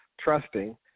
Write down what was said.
trusting